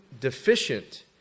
deficient